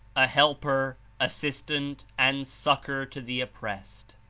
a helper, assistant and succor to the oppressed.